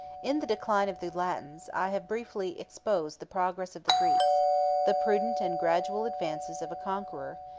in the decline of the latins, i have briefly exposed the progress of the greeks the prudent and gradual advances of a conqueror,